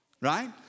right